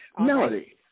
Melody